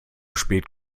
spät